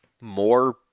more